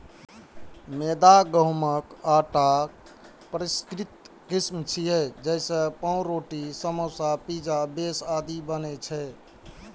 मैदा गहूंमक आटाक परिष्कृत किस्म छियै, जइसे पावरोटी, समोसा, पिज्जा बेस आदि बनै छै